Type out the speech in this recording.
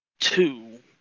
Two